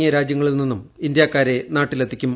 തുടങ്ങിയ രാജ്യങ്ങളിൽ നിന്നും ഇന്ത്യക്കാരെ നാട്ടിലെത്തിക്കും